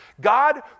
God